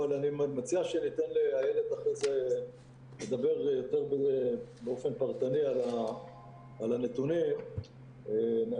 אבל אני מציע שניתן לאיילת לדבר באופן יותר פרטני על נתוני המשטרה.